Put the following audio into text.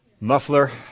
Muffler